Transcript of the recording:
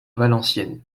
valenciennes